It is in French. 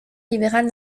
libérale